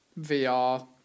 VR